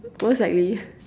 most likely